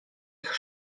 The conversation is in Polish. ich